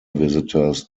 visitors